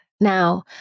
Now